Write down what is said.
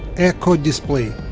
eco display,